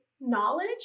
knowledge